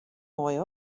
moai